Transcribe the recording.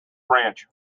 ranch